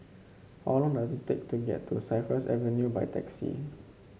how long does it take to get to Cypress Avenue by taxi